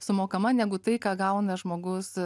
sumokama negu tai ką gauna žmogus